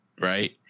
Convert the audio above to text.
Right